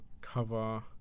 cover